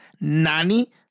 Nani